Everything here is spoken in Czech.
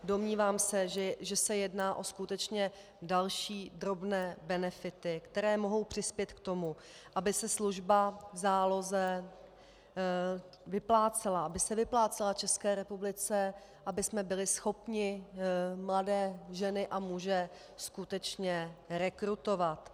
Domnívám se, že se jedná o skutečně další drobné benefity, které mohou přispět k tomu, aby se služba v záloze vyplácela, aby se vyplácela České republice, abychom byli schopni mladé ženy a muže skutečně rekrutovat.